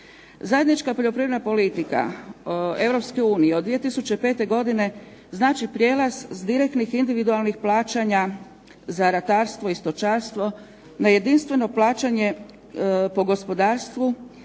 Zajednička poljoprivredna politika Europske unije od 2005. godine znači prijelaz s direktnih individualnih plaćanja za ratarstvo i stočarstvo na jedinstveno plaćanje po gospodarstvu